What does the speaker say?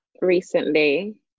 recently